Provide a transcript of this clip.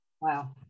Wow